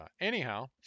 anyhow